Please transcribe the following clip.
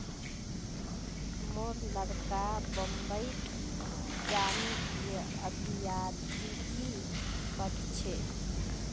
मोर लड़का मुंबईत जनुकीय अभियांत्रिकी पढ़ छ